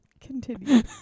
Continue